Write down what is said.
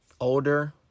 older